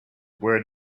where